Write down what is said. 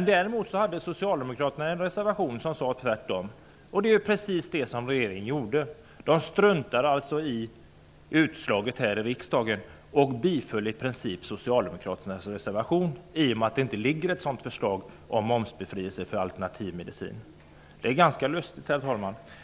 Däremot hade socialdemokraterna en reservation som innebar motsatsen, vilken regeringen följde. De struntade alltså i utslaget här i riksdagen och biföll i princip socialdemokraternas reservation, i och med att det inte fanns något förslag om momsbefrielse för alternativ medicin. Herr talman! Detta är ganska lustigt.